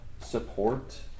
support